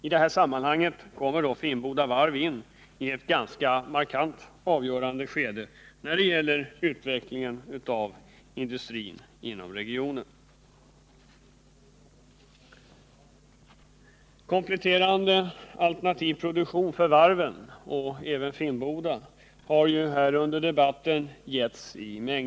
I det här sammanhanget kommer Finnboda Varv in i ett ganska markant avgörande skede när det gäller utvecklingen av industrin inom regionen. Mängder av förslag till kompletterande alternativ produktion för varven, inkl. Finnboda, har givits under debatten.